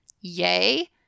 yay